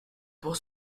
pour